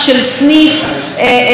אינני יודעת איזה,